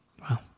Wow